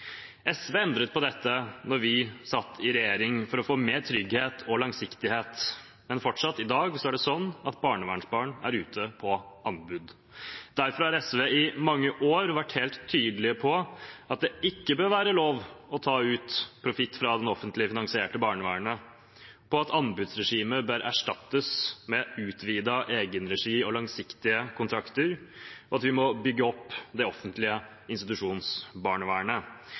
SV endret på dette da vi satt i regjering, for å få mer trygghet og langsiktighet, men fortsatt i dag er barnevernsbarn ute på anbud. Derfor har SV i mange år vært helt tydelig på at det ikke bør være lov å ta ut profitt fra det offentlig finansierte barnevernet, på at anbudsregimet bør erstattes med utvidet egenregi og langsiktige kontrakter, og på at vi må bygge opp det offentlige institusjonsbarnevernet.